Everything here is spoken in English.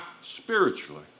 spiritually